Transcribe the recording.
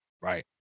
right